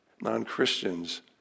non-Christians